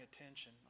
attention